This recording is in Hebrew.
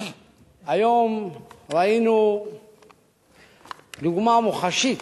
היום ראינו דוגמה מוחשית